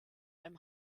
einem